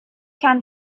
kann